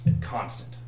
constant